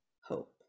hope